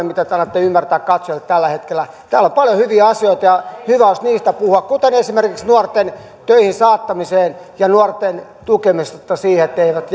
mitä te annatte ymmärtää katsojille tällä hetkellä täällä on paljon hyviä asioita ja hyvä olisi niistä puhua kuten esimerkiksi nuorten töihin saattamisesta ja nuorten tukemisesta siihen etteivät